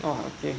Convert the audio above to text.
!wah! okay